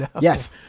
yes